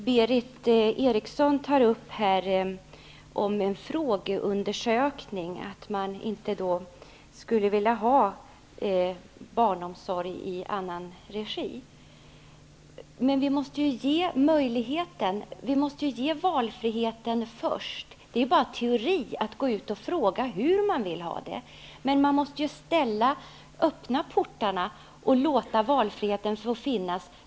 Herr talman! Berith Eriksson redogjorde för frågeundersökningar som skulle ha visat att föräldrarna inte vill ha barnomsorg i annan regi än kommunal. Men man måste ju först ge valfriheten. Det är ju bara teori att gå ut och fråga vilken barnomsorg föräldrarna vill ha. Man måste ju så att säga öppna portarna så att valfriheten finns.